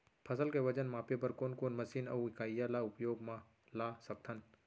फसल के वजन मापे बर कोन कोन मशीन अऊ इकाइयां ला उपयोग मा ला सकथन?